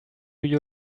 you